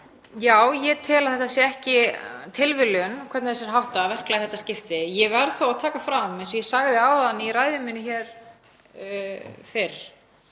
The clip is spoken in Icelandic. Já, ég tel að það sé ekki tilviljun hvernig þessu er háttað, verklaginu í þetta skipti. Ég verð þó að taka fram, eins og ég sagði í ræðu minni hér fyrr,